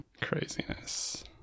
Craziness